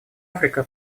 африка